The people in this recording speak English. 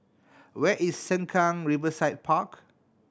where is Sengkang Riverside Park